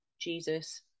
Jesus